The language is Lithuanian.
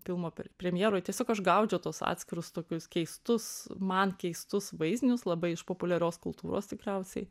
filmo premjeroj tiesiog aš gaudžiau tuos atskirus tokius keistus man keistus vaizdinius labai iš populiarios kultūros tikriausiai